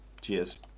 Cheers